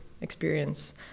experience